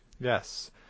Yes